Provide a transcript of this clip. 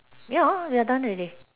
ya we are done already